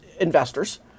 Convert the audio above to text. investors